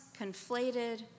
conflated